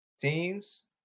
Teams